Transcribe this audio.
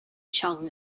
cheung